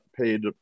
paid